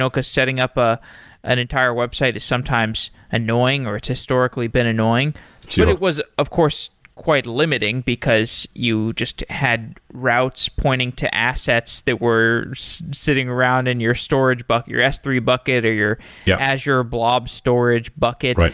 so because setting up ah an entire website is sometimes annoying or it's historically been annoying. but it was, of course, quite limiting, because you just had routes pointing to assets that were sitting around in your storage bucket, your s three bucket or your yeah azure blog storage bucket. like